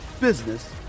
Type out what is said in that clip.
business